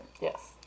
Yes